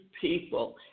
people